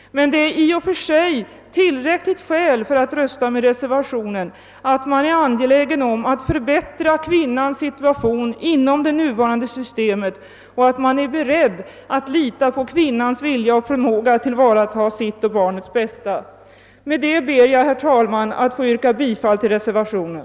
Men det är i och för sig tillräckligt skäl för att rösta med reservationen att man är angelägen om att förbättra kvinnans situation inom det nuvarande systemet och att man är beredd att lita på kvinnans vilja och förmåga att tillvarata sitt och barnets bästa. Med detta ber jag, herr talman, att få yrka bifall till reservationen.